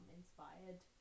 inspired